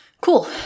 Cool